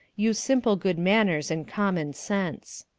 use simple good manners and common sense.